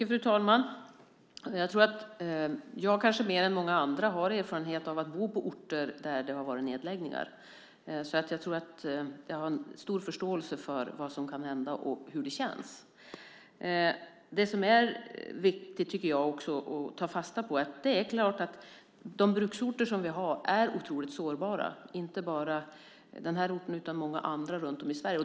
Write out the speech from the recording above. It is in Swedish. Fru talman! Jag tror att jag kanske mer än många andra har erfarenhet av att bo på orter där det har varit nedläggningar. Jag tror att jag har en stor förståelse för vad som kan hända och hur det känns. Det som är viktigt att ta fasta på, det tycker jag också, är att de bruksorter som vi har är otroligt sårbara. Det gäller inte bara den här orten utan också många andra runt om i Sverige.